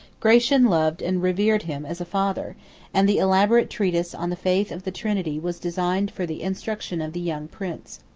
gratian loved and revered him as a father and the elaborate treatise on the faith of the trinity was designed for the instruction of the young prince.